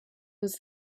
was